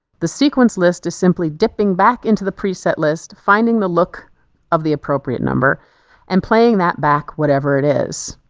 the sequence list is simply dipping back into the preset list finding the look of the appropriate number and playing that back whatever it is